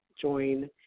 join